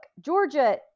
Georgia